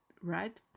right